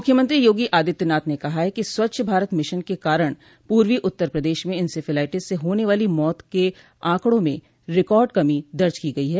मुख्यमंत्री योगी आदित्यनाथ ने कहा है कि स्वच्छ भारत मिशन के कारण पूर्वी उत्तर प्रदेश में इंसेफेलाइटिस से होने वाली मौत के आंकड़ों में रिकॉर्ड कमी दर्ज की गई है